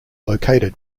located